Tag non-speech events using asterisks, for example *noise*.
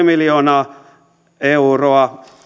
*unintelligible* miljoonaa euroa